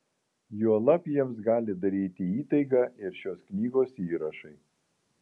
juolab jiems gali daryti įtaigą ir šios knygos įrašai